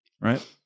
Right